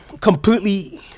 completely